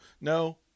No